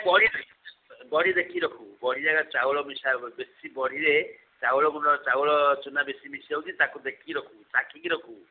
ବଡ଼ିରେ ବଡ଼ି ଦେଖିକି ରଖିବୁ ବଡ଼ି ଜାଗାରେ ଚାଉଳ ମିଶା ବେଶୀ ବଡ଼ିରେ ଚାଉଳ ଗୁଣ୍ଡ ଚାଉଳ ଚୁନା ବେଶୀ ମିଶିଯାଉଛି ତାକୁ ଦେଖିକି ରଖିବୁ ଚାଖିକି ରଖିବୁ